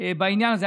בעניין הזה.